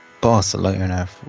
Barcelona